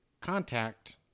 contact